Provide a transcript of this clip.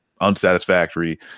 unsatisfactory